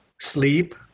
sleep